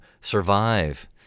survive